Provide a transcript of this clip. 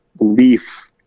leaf